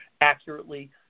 accurately